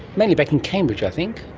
mainly back in cambridge i think,